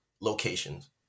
locations